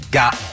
got